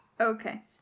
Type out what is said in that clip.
Okay